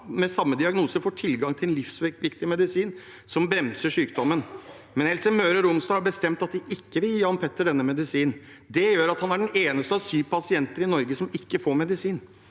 med samme diagnose får tilgang til en livsviktig medisin som bremser sykdommen, men Helse Møre og Romsdal har bestemt at de ikke vil gi Jan Petter denne medisinen. Det gjør at han er den eneste av syv pasienter i Norge som ikke får medisin.